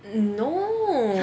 no